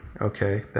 Okay